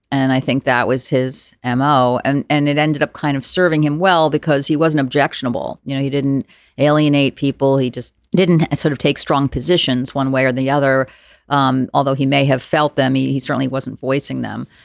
and i think that was his m o. and it ended up kind of serving him well because he wasn't objectionable. you know he didn't alienate people he just didn't sort of take strong positions one way or the other um although he may have felt them. he he certainly wasn't voicing them.